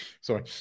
Sorry